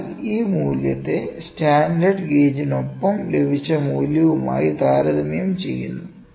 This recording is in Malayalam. അതിനാൽ ഈ മൂല്യത്തെ സ്റ്റാൻഡേർഡ് ഗേജിനൊപ്പം ലഭിച്ച മൂല്യവുമായി താരതമ്യം ചെയ്യുന്നു